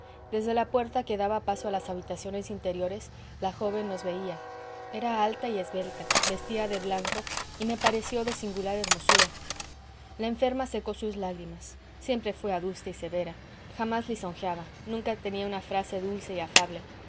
desde la puerta que daba paso a las habitaciones interiores la joven nos veía era alta y esbelta vestía de blanco y me pareció de singular hermosura la enferma secó sus lágrimas siempre fué adusta y severa jamás lisonjeaba nunca tenía una frase dulce y afable